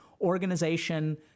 organization